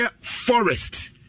forest